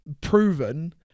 proven